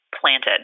planted